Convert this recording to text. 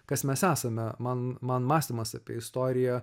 kas mes esame man man mąstymas apie istoriją